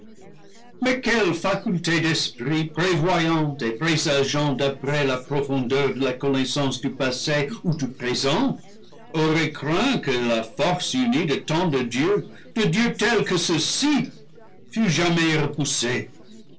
mais quelle faculté d'esprit prévoyant et présageant d'après la pro fondeur de la connaissance du passé ou du présent aurait craint que la force unie de tant de dieux de dieux tels que ceux-ci fût jamais repoussée